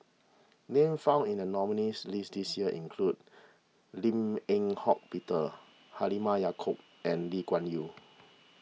names found in the nominees' list this year include Lim Eng Hock Peter Halimah Yacob and Lee Kuan Yew